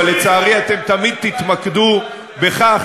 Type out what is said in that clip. אבל לצערי אתם תמיד תתמקדו בכך,